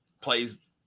plays